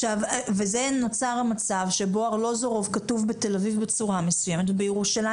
ואז נוצר המצב שבו ארלוזורוב כתוב בתל אביב בצורה מסוימת ובירושלים